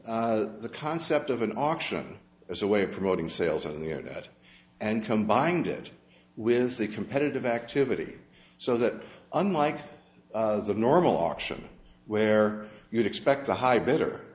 take the concept of an auction as a way of promoting sales on the internet and combined it with a competitive activity so that unlike the normal auction where you'd expect the high better